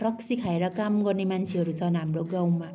रक्सी खाएर काम गर्ने मान्छेहरू छन् हाम्रो गाउँमा